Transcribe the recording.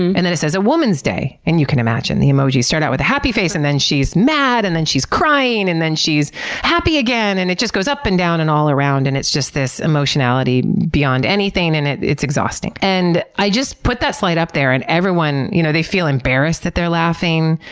and and then it says a woman's day and you can imagine the emojis start out with a happy face, and then she's mad, and then she's crying, and then she's happy again, and it just goes up and down and all around. and it's just this emotionality beyond anything in it. it's exhausting. and i just put that slide up there and everyone, you know, they feel embarrassed that they're laughing.